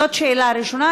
זאת שאלה ראשונה.